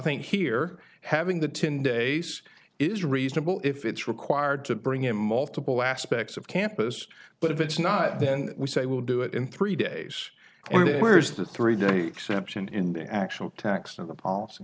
think here having the ten days is reasonable if it's required to bring in multiple aspects of campus but if it's not then we say we'll do it in three days when there is a three day exception in the actual text of the policy